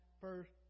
first